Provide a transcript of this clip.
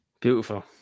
Beautiful